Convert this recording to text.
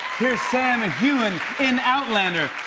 here's sam heughan in outlander.